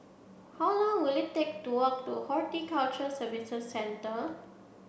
how long will it take to walk to Horticulture Services Centre